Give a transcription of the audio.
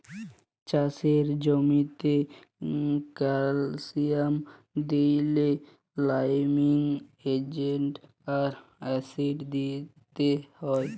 চাষের জ্যামিতে ক্যালসিয়াম দিইলে লাইমিং এজেন্ট আর অ্যাসিড দিতে হ্যয়